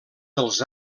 dels